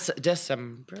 December